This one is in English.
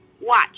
Watch